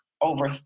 over